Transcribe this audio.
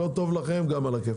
לא טוב גם נהדר.